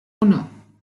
uno